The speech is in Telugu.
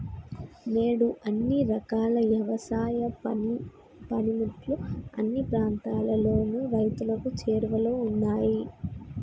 నేడు అన్ని రకాల యవసాయ పనిముట్లు అన్ని ప్రాంతాలలోను రైతులకు చేరువలో ఉన్నాయి